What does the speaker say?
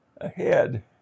ahead